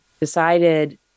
decided